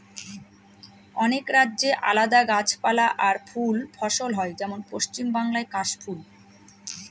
অনেক রাজ্যে আলাদা গাছপালা আর ফুল ফসল হয় যেমন পশ্চিম বাংলায় কাশ ফুল